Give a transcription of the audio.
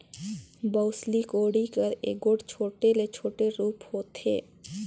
बउसली कोड़ी कर एगोट छोटे ले छोटे रूप होथे